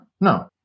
no